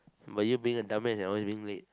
well you being a dumbass and always being late